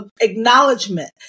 acknowledgement